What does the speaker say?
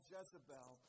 Jezebel